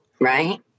Right